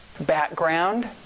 background